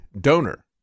donor